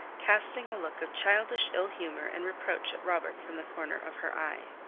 casting a look of childish ill humor and reproach at robert from the corner of her eye.